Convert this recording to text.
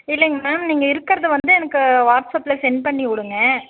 இல்லைங் மேம் நீங்கள் இருக்கறதை வந்து எனக்கு வாட்ஸ்அப்பில் சென்ட் பண்ணி விடுங்க